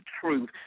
truth